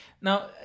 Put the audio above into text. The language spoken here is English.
Now